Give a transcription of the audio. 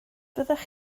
fyddech